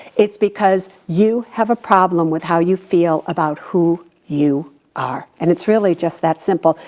it's because you have a problem with how you feel about who you are. and it's really just that simple.